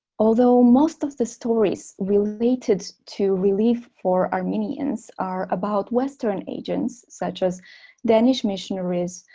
although most of the stories related to relief for armenians are about western agents such as danish missionaries,